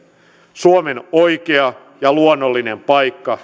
suomen oikea ja luonnollinen paikka